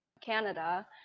Canada